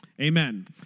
Amen